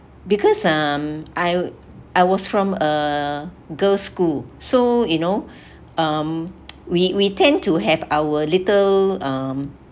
because um I I was from a girls' school so you know um we we tend to have our little um